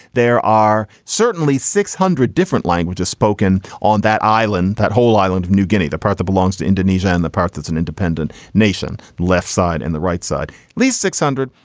there are certainly six hundred different languages spoken on that island, that whole island of new guinea, the part that belongs to indonesia and the part that's an independent nation, left side and the right side leads six hundred,